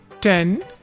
ten